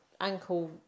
ankle